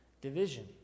division